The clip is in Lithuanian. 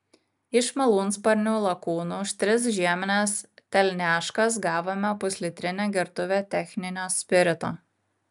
iš malūnsparnių lakūnų už tris žiemines telniaškas gavome puslitrinę gertuvę techninio spirito